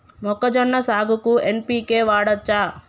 మొక్కజొన్న సాగుకు ఎన్.పి.కే వాడచ్చా?